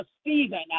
Stephen